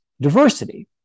diversity